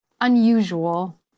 unusual